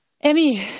Emmy